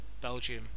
Belgium